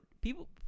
people